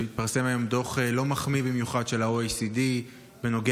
שהתפרסם היום דוח לא מחמיא במיוחד של ה-OECD בנוגע